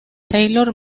taylor